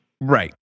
Right